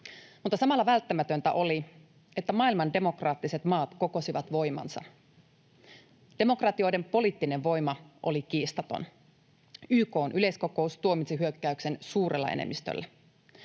mutta samalla välttämätöntä oli, että maailman demokraattiset maat kokosivat voimansa. Demokratioiden poliittinen voima oli kiistaton: YK:n yleiskokous tuomitsi hyökkäyksen suurella enemmistöllä.